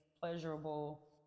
pleasurable